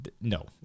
No